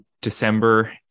December